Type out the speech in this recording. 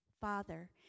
Father